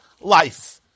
life